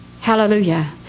Hallelujah